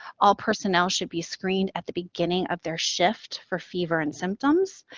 all personnel should be screened at the beginning of their shift for fever and symptoms,